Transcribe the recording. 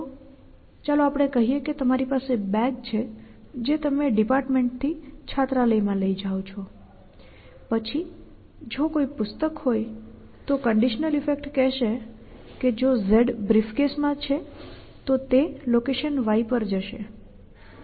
તો ચાલો આપણે કહીએ કે તમારી પાસે બેગ છે જે તમે ડિપાર્ટમેન્ટથી છાત્રાલયમાં લઈ જાવ છો પછી જો કોઈ પુસ્તક હોય તો કંડિશનલ ઈફેક્ટ કહેશે જો Z બ્રીફકેસમાં છે તો તે લોકેશન Y પર જશે